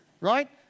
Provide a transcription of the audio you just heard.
right